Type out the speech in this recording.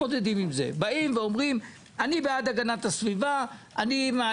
זה בזמן שאותן קבוצות באוכלוסייה שמשתמשים בזה,